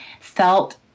felt